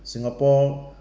singapore